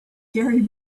gary